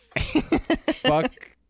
fuck